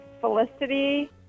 Felicity